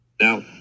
now